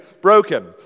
broken